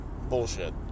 Bullshit